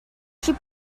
she